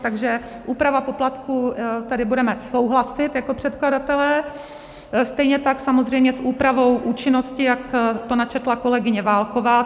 Takže úprava poplatků tady budeme souhlasit jako předkladatelé, stejně tak samozřejmě s úpravou účinnosti, jak to načetla kolegyně Válková.